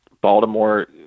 Baltimore